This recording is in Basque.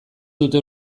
dute